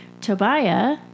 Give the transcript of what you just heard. Tobiah